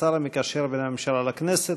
השר המקשר בין הממשלה לכנסת,